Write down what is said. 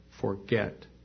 forget